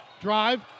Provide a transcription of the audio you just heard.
Drive